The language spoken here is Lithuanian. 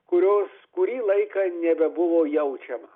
kurios kurį laiką nebebuvo jaučiama